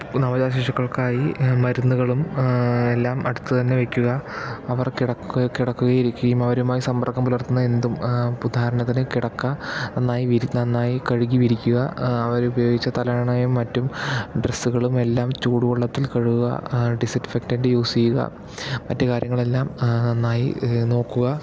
നവജാത ശിശുക്കൾക്കായി മരുന്നുകളും എല്ലാം അടുത്ത് തന്നെ വയ്ക്കുക അവർ കെടക്കുക കെടക്കുകയും ഇരിക്കുകയും അവരുമായി സമ്പർകം പുലർത്തുന്ന എന്തും ഇപ്പോൾ ഉദാഹരണത്തിന് കിടക്ക നന്നായി വിരി നന്നായി കഴുകി വിരിക്കുക അവര് ഉപയോഗിച്ച തലയണയും മറ്റും ഡ്രെസ്സുകളും എല്ലാം ചൂടുവെള്ളത്തിൽ കഴുകുക ഡിസിൻഫെക്റ്റന്റ് യൂസ് ചെയ്യുക മറ്റു കാര്യങ്ങളെല്ലാം നന്നായി നോക്കുക